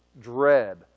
dread